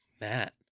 Matt